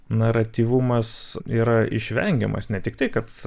naratyvumas yra išvengiamas ne tik tai kad